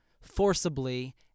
forcibly